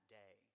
day